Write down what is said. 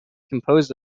composed